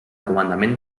comandament